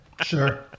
Sure